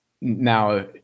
Now